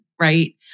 right